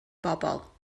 bobol